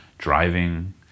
driving